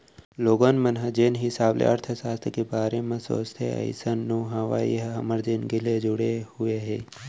लोगन मन जेन हिसाब ले अर्थसास्त्र के बारे म सोचथे अइसन नो हय ए ह हमर जिनगी ले जुड़े हुए हे